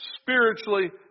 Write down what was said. spiritually